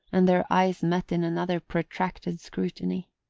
and their eyes met in another protracted scrutiny.